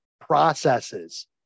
processes